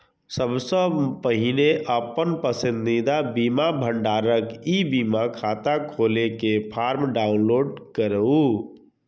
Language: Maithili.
सबसं पहिने अपन पसंदीदा बीमा भंडारक ई बीमा खाता खोलै के फॉर्म डाउनलोड करू